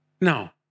Now